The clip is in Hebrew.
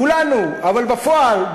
אבל בפועל,